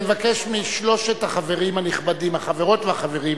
אני מבקש משלושת החברים הנכבדים, החברות והחברים,